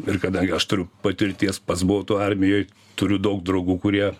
ir kadangi aš turiu patirties pats buvau toj armijoj turiu daug draugų kurie